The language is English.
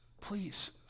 please